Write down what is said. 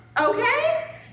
okay